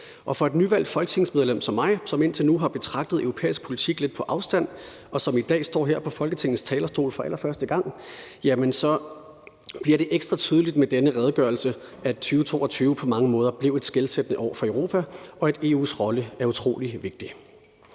For et nyvalgt folketingsmedlem som mig, som indtil nu har betragtet europæisk politik lidt på afstand, og som i dag står her på Folketingets talerstol for allerførste gang, bliver det ekstra tydeligt med denne redegørelse, at 2022 på mange måder blev et skelsættende år for Europa, og at EU's rolle er utrolig vigtig.